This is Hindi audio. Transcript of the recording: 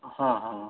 हाँ हाँ